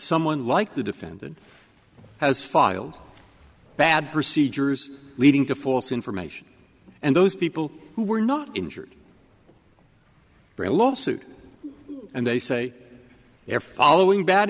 someone like the defendant has filed bad procedures leading to false information and those people who were not injured bring a lawsuit and they say they're following bad